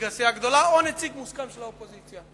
הסיעה הגדולה או נציג מוסכם על האופוזיציה.